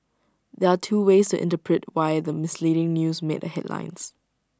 there are two ways interpret why the misleading news made the headlines